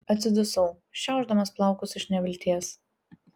atsidusau šiaušdamas plaukus iš nevilties